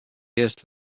jest